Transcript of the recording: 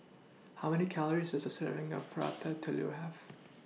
How Many Calories Does A Serving of Prata Telur Have